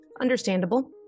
Understandable